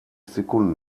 sekunden